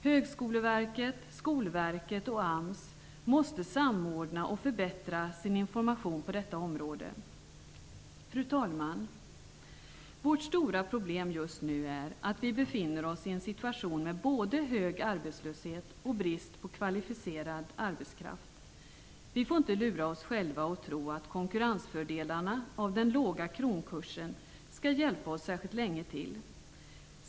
Högskoleverket, Skolverket och AMS måste samordna och förbättra sin information på detta område. Fru talman! Vårt stora problem just nu är att vi befinner oss i en situation med både hög arbetslöshet och brist på kvalificerad arbetskraft. Vi får inte lura oss själva att tro att konkurrensfördelarna av den låga kronkursen skall hjälpa oss särskilt länge till.